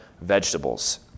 vegetables